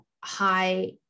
high